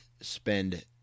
spend